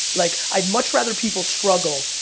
like, i'd much rather people struggle,